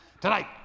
Tonight